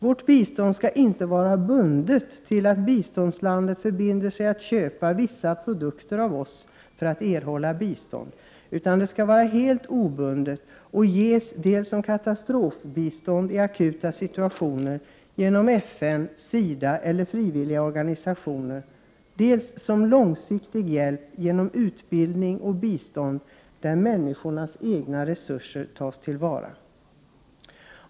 Vårt bistånd skall inte vara bundet till att biståndslandet förpliktar sig att köpa vissa produkter av oss för att erhålla bistånd, utan det skall vara helt obundet och ges dels som katastrofbistånd i akuta situationer genom FN, SIDA eller frivilliga organisationer, dels som långsiktig hjälp genom utbildning och bistånd där människornas egna resurser tas till vara.